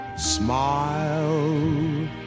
Smile